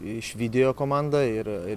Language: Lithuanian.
iš vidijo komandą ir ir